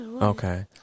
Okay